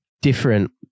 different